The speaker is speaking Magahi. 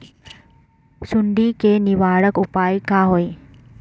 सुंडी के निवारक उपाय का होए?